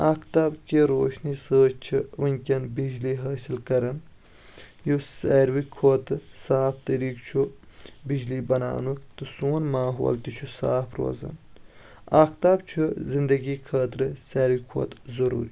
آختابکہِ روشنی سۭتۍ چھ وُنکٮ۪ن بجلی حأصِل کران یُس سارِوٕے کھۄتہٕ صاف طٔریٖقہٕ چھُ بِجلی بناونُک تہٕ سون ماحول تہِ چھُ صاف روزان آفتاب چھُ زِنٛدگی خأطرٕ سارِوٕے کھۄتہٕ ضروٗری